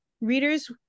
readers